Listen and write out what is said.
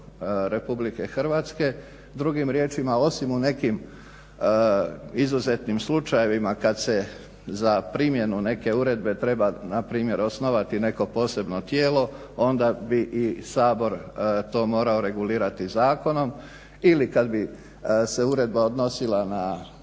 Republike Hrvatske. Drugim riječima osim u nekim izuzetnim slučajevima kada se za primjenu neke uredbe treba npr. osnovati neko posebno tijelo onda bi i Sabor to morao regulirati zakonom ili kada bi se uredba odnosila na